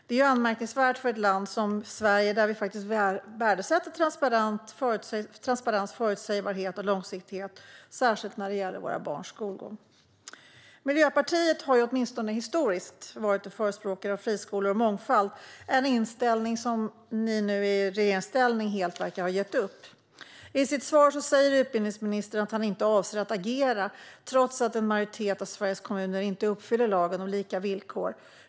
Detta är anmärkningsvärt för ett land som Sverige, där vi värdesätter transparens, förutsägbarhet och långsiktighet, särskilt när det gäller våra barns skolgång. Miljöpartiet har åtminstone historiskt varit en förespråkare för friskolor och mångfald, men denna inställning verkar man nu i regeringsställning helt ha gett upp. I sitt svar säger utbildningsministern att han inte avser att agera, trots att en majoritet av Sveriges kommuner inte uppfyller lagen om lika villkor.